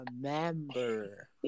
remember